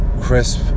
crisp